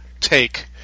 take